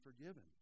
forgiven